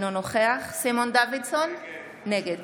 אינו נוכח סימון דוידסון, נגד